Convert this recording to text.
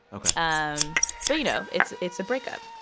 um but, you know, it's it's a breakup.